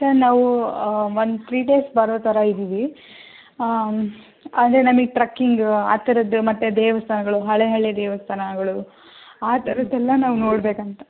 sir ನಾವು ಒಂದು three days ಬರೋ ಥರ ಇದ್ದೀವಿ ಅಂದರೆ ನಮಗ್ ಟ್ರಕಿಂಗ್ ಆ ಥರದ್ದು ಮತ್ತೆ ದೇವಸ್ಥಾನಗಳು ಹಳೆಯ ಹಳೆಯ ದೇವಸ್ಥಾನಗಳು ಆ ಥರದ್ದು ಎಲ್ಲ ನಾವು ನೋಡಬೇಕಂತ